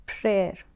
prayer